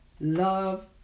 love